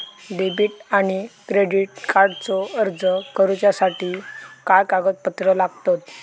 Debit आणि credit कार्डचो अर्ज करुच्यासाठी काय कागदपत्र लागतत?